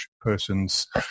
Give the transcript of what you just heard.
persons